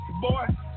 boy